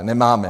Nemáme.